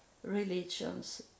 religions